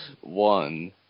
One